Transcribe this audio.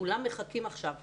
כולם מחכים עכשיו למתווה.